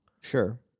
Sure